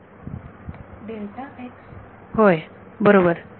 विद्यार्थी delta x होय बरोबर